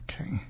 Okay